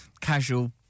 Casual